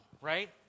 Right